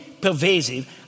pervasive